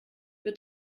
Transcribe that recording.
wird